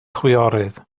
chwiorydd